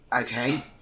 Okay